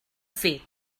fet